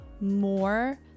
more